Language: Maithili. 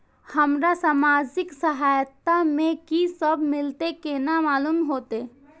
हमरा सामाजिक सहायता में की सब मिलते केना मालूम होते?